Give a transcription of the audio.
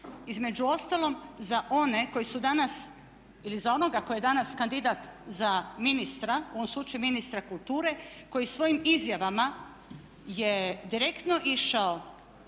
su danas ili za onoga ko je danas kandidat za ministra, u ovom slučaju ministra kulture koji svojim izjavama je direktno išao